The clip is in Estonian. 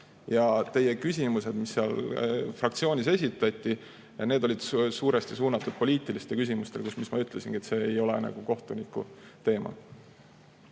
Teie küsimused, mis seal fraktsioonis esitati, olid suuresti suunatud poliitilistele küsimustele, ja ma ütlesingi, et see ei ole nagu kohtuniku teema.